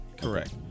Correct